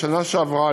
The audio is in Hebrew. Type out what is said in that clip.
בשנה שעברה,